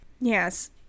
Yes